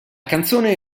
canzone